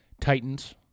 Titans